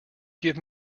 give